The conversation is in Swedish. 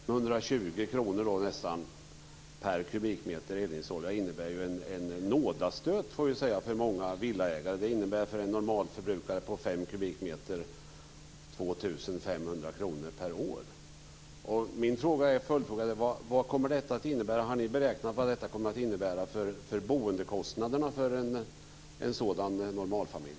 Fru talman! Den här höjningen med nästan 520 kr per kubikmeter eldningsolja innebär ju en nådastöt för många villaägare. För en normalförbrukare av 5 Min följdfråga är: Har ni beräknat vad detta kommer att innebära för boendekostnaderna för en sådan normalfamilj?